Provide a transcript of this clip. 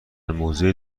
موزه